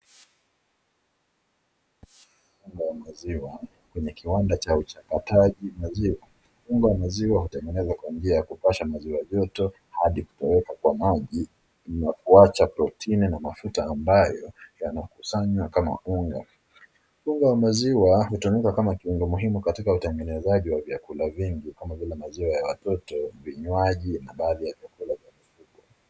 Unga wa maziwa kwenye kiwanda cha uchakataji wa maziwa, unga wa maziwa yaliyo tenegenezwa kwa njia ya kupasha maziwa joto hadi kutoweka kwa maji ili kuwacha protini na mafuta ambayo yana kusanywa kama unga wa maziwa, unga wa maziwa hutumika kama kuingo muhimu katika utenegenezaji wa vyakula vingi kama vile maziwa ya watoto vinywaji vya kukula vya mifugo.